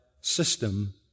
system